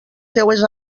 seues